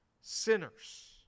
sinners